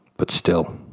but still,